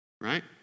Right